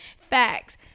Facts